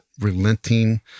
Relenting